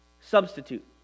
Substitute